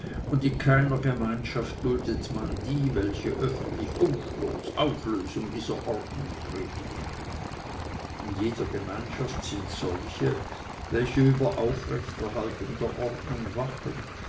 und in keiner gemeinschaft duldet man die welche öffentlich umsturz auflösung dieser ordnung predigen in jeder gemeinschaft sind solche welche über aufrechthaltung der ordnung wachen